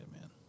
man